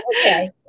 Okay